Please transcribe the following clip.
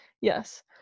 yes